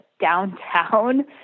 downtown